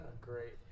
Great